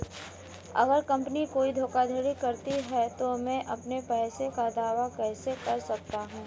अगर कंपनी कोई धोखाधड़ी करती है तो मैं अपने पैसे का दावा कैसे कर सकता हूं?